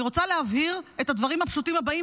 אני רוצה להבהיר את הדברים הפשוטים הבאים,